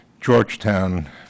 Georgetown